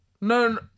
No